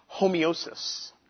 homeosis